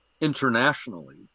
internationally